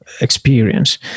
experience